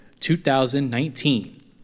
2019